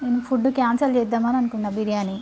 నేను food cancel చేద్దామని అని అనుకున్నాను బిర్యాని